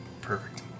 Perfect